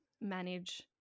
manage